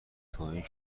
توهین